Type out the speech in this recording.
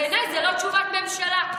בעיניי זו לא תשובת ממשלה.